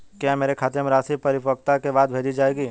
क्या मेरे खाते में राशि परिपक्वता के बाद भेजी जाएगी?